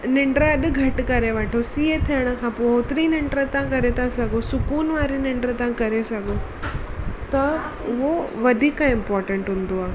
निंड अॼु घटि करे वठो सीए थियण खां पोइ ओतिरी ई निंड तव्हां करे था सघो सुकून वरी निंड तव्हां करे सघो था उहो वधीक इंपोटेंट हूंदो आहे